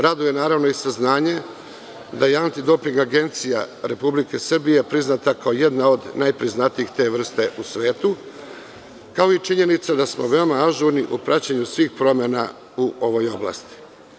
Raduje, naravno i saznanje da je Anti doping agencija Republike Srbije priznata kao jedna od najpriznatijih te vrste u svetu, kao i činjenica da smo veoma ažurni u praćenju svih promena u ovoj oblasti.